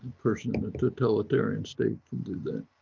person in the totalitarian state can do that.